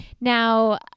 Now